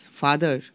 father